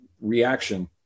reaction